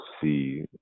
see